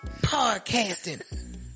podcasting